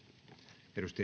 arvoisa